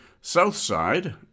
Southside